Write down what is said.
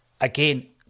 Again